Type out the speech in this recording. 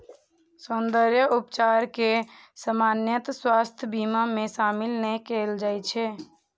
सौंद्रर्य उपचार कें सामान्यतः स्वास्थ्य बीमा मे शामिल नै कैल जाइ छै